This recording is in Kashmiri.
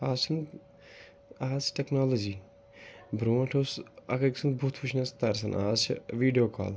آز چھُنہٕ آز چھِ ٹٮ۪کنالجی برٛونٛٹھ اوس اَکھ أکۍ سُنٛد بُتھ وٕچھنَس تَرسان آز چھِ ویٖڈیو کال